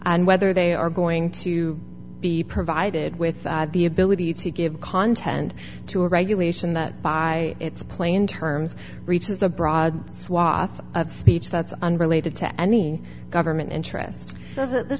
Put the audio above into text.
and whether they are going to be provided with the ability to give content to a regulation that by its plain terms reaches a broad swath of speech that's unrelated to any government interest so th